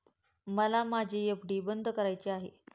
मला माझी एफ.डी बंद करायची आहे